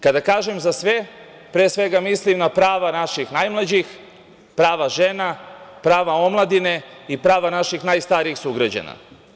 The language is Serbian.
Kada kažem – za sve, pre svega mislim na prava naših najmlađih, prava žena, prava omladine i prava naših najstarijih sugrađana.